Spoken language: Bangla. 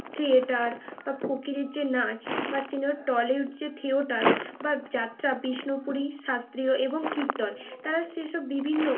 থিয়েটার বা ফকিরের যে নাচ বা সিনেমা টলিউড যে থিয়েটার বা যাত্রা বিষ্ণুপুরী শাস্ত্রীয় এবং কীর্তন তারা সেসব বিভিন্ন